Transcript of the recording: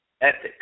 ethics